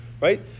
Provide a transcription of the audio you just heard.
right